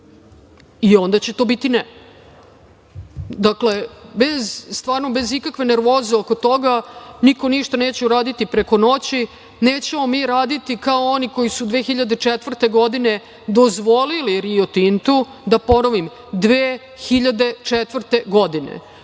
i onda će to biti ne. Dakle, bez ikakve nervoze oko toga, niko ništa neće uraditi preko noći. Nećemo mi raditi kao oni koji su 2004. godine dozvolili Rio Tintu, da ponovim, 2004. godine